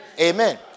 Amen